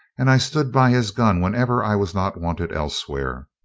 and i stood by his gun whenever i was not wanted elsewhere.